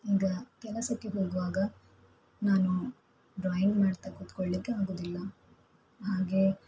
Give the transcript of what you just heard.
ಈಗ ಕೆಲಸಕ್ಕೆ ಹೋಗುವಾಗ ನಾನು ಡ್ರಾಯಿಂಗ್ ಮಾಡ್ತಾ ಕುತ್ಕೊಳ್ಳಿಕ್ಕೆ ಆಗುವುದಿಲ್ಲ ಹಾಗೆ